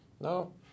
No